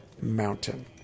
Mountain